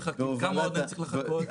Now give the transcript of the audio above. כמה עוד אני צריך לחכות?